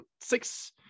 six